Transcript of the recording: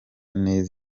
neza